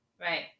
right